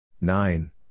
nine